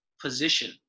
position